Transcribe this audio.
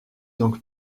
donc